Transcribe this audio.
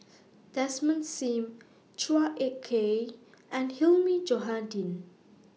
Desmond SIM Chua Ek Kay and Hilmi Johandi